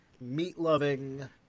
meat-loving